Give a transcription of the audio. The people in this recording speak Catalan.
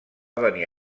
venir